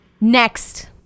Next